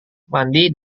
mandi